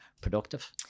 productive